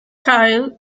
kyle